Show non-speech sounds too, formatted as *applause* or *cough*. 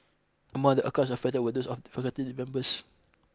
among the accounts affected were those *unintelligible* members